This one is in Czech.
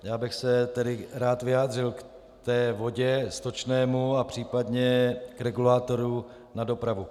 Rád bych se tedy vyjádřil k vodě, stočnému a případně k regulátoru na dopravu.